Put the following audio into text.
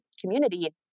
community